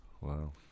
Wow